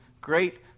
great